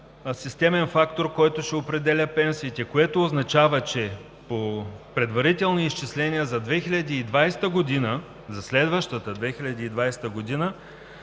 системен фактор, който ще определя пенсиите, което означава, че по предварителни изчисления за следващата 2020 г.